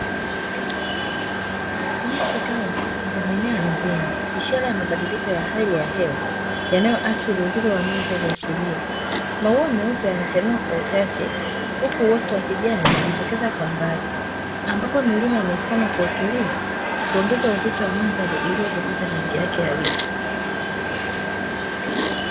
Nyasi kavu zimeenea ardhini, ishara ya mabadiliko ya hali ya hewa yanayoathiri uzuri wa wa mandhari asilia, maua meupe yanachanua kwa uchache, huku uoto wa kijani ukijitokeza kwa mbali, ambapo milima imesimama kwa utulivu kuongeza uzito wa mandhari iliyopoteza rangi yake halisi.